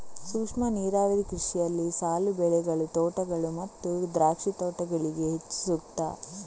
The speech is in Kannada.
ಸೂಕ್ಷ್ಮ ನೀರಾವರಿ ಕೃಷಿಯಲ್ಲಿ ಸಾಲು ಬೆಳೆಗಳು, ತೋಟಗಳು ಮತ್ತು ದ್ರಾಕ್ಷಿ ತೋಟಗಳಿಗೆ ಹೆಚ್ಚು ಸೂಕ್ತ